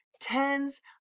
tens